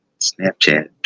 Snapchat